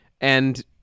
And-